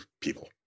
people